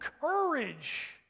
courage